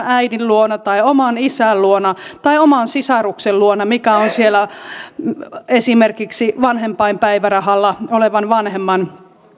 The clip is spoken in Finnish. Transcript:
äidin luona tai oman isän luona tai oman sisaruksen luona eli siellä esimerkiksi vanhempainpäivärahalla olevan vanhemman